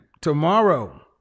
tomorrow